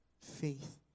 Faith